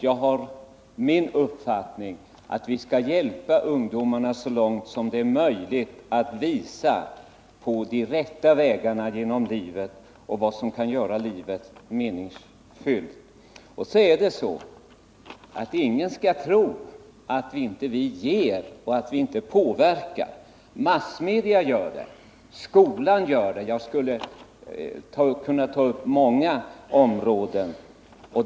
Jag har min uppfattning att vi skall hjälpa ungdomarna så långt som det är möjligt att visa på de rätta vägarna genom livet och vad som kan göra livet meningsfullt. Ingen skall tro att vi inte ger och inte påverkar. Massmedia gör det. Skolan gör det. Ja, jag skulle kunna ta upp många områden.